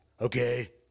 Okay